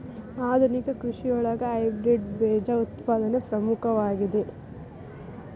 ಆಧುನಿಕ ಕೃಷಿಯೊಳಗ ಹೈಬ್ರಿಡ್ ಬೇಜ ಉತ್ಪಾದನೆ ಪ್ರಮುಖವಾಗಿದೆ